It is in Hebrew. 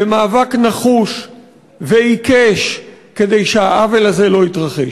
במאבק נחוש ועיקש, כדי שהעוול הזה לא יתרחש.